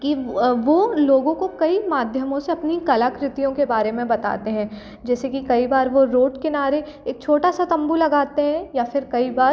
कि वो लोगों को कई माध्यमों से अपनी कलाकृतियों के बारे में बताते हैं जैसे कि कई बार वो रोड किनारे एक छोटा सा तंबू लगाते हैं या फिर कई बार